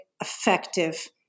effective